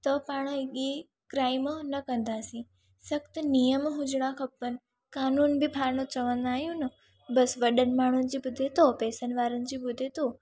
त पाण ये क्राइम न कंदासीं सख़्तु नियम हुजणा खपनि कानून ॿि पाण चवंदा आहियूं न बसि वॾनि माण्हुनि जी ॿुधे थो पैसनि वारे जी ॿुधे थो